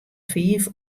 fiif